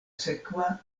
sekva